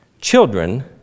children